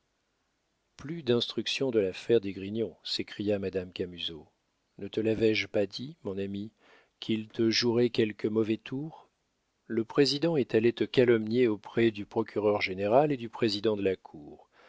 plus d'instruction de l'affaire d'esgrignon s'écria madame camusot ne te lavais je pas dit mon ami qu'ils te joueraient quelque mauvais tour le président est allé te calomnier auprès du procureur-général et du président de la cour